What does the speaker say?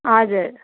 हजुर